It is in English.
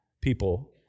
People